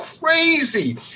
crazy